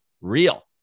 real